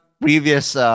previous